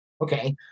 Okay